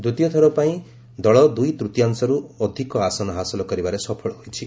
ଦ୍ୱିତୀୟଥର ପାଇଁ ଦଳ ଦୁଇତୃତୀୟାଂଶରୁ ଅଧିକ ଆସନ ହାସଲ କରିବାରେ ସଫଳ ହୋଇଛି